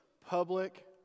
public